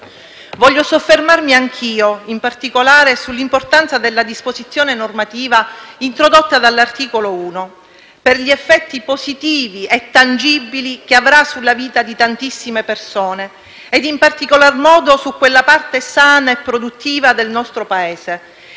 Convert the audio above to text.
Voglio soffermarmi anch'io, in particolare, sull'importanza della disposizione normativa introdotta dall'articolo 1, per gli effetti positivi e tangibili che avrà sulla vita di tantissime persone, e soprattutto su quella parte sana e produttiva del Paese,